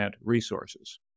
resources